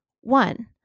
One